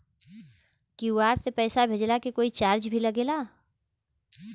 QR से पैसा भेजला के कोई चार्ज भी लागेला?